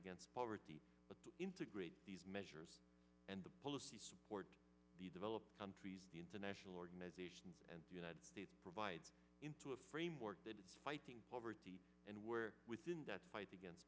against poverty but to integrate these measures and the policies toward the developed countries the international organization and the united states provide into a framework that is fighting poverty and where within that fight against